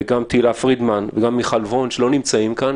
תהלה פרידמן ומיכל וונש לא נמצאים כאן.